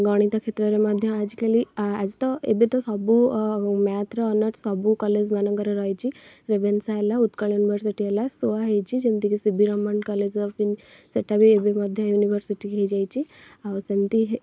ଗଣିତ କ୍ଷେତ୍ରରେ ମଧ୍ୟ ଆଜିକାଲି ଆଜି ତ ଏବେ ତ ସବୁ ମ୍ୟାଥ୍ର ଅନର୍ସ ସବୁ କଲେଜ ମାନଙ୍କରେ ରହିଛି ରେଭେନ୍ସା ହେଲା ଉତ୍କଳ ୟୁନିଭରସିଟି ହେଲା ସୋଆ ହେଇଛି ଯେମିତି କି ସିଭିରମଣ କଲେଜ ଅଫ ଇନ୍ ସେଇଟା ବି ଏବେ ମଧ୍ୟ ୟୁନିଭରସିଟି ହେଇଯାଇଛି ଆଉ ସେମିତି